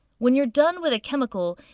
when you're done with a chemical,